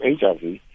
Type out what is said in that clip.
HIV